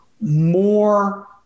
more